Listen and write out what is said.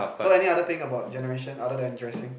so any other thing about generation other than dressing